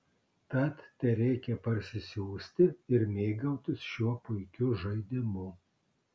tad tereikia parsisiųsti ir mėgautis šiuo puikiu žaidimu